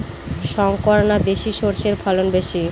শংকর না দেশি সরষের ফলন বেশী?